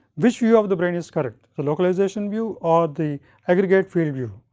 which view of the brain is correct? the localization view or the aggregate field view.